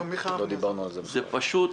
פשוט